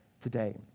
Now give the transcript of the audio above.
today